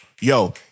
Yo